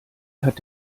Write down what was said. hat